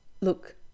Look